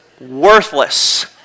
Worthless